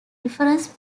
reference